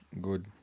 Good